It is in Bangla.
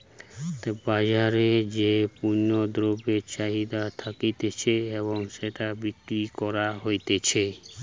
বাজারে যেই পণ্য দ্রব্যের চাহিদা থাকতিছে এবং সেটা বিক্রি করা হতিছে